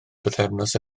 bythefnos